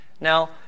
Now